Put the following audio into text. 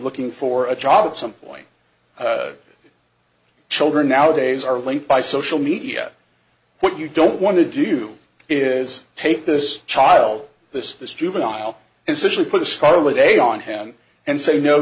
looking for a job at some point children nowadays are linked by social media what you don't want to do is take this child this this juvenile essentially put a scarlet a on him and say no